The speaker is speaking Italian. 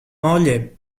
moglie